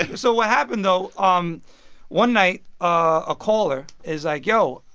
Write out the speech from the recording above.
yeah so what happened though, um one night, a caller is like yo,